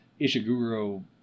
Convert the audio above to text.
Ishiguro